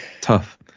tough